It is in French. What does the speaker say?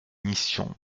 missions